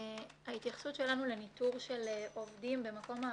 ההתייחסות שלנו לניתור של עובדים במקום העבודה,